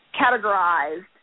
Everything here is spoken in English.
categorized